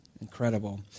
Incredible